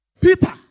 Peter